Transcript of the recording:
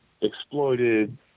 exploited